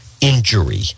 injury